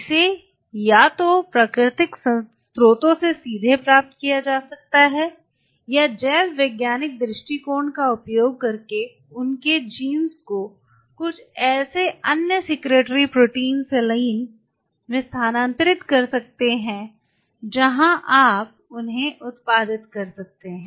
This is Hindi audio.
इसे या तो प्राकृतिक स्रोतों से सीधे प्राप्त किया जा सकता है या जैव वैज्ञानिक दृष्टिकोण का उपयोग करके उनके जीन को कुछ ऐसे अन्य सिक्रीटोरी प्रोटीन सेलाइन में स्थानांतरित कर सकते हैं जहां आप उन्हें उत्पादित कर सकते हैं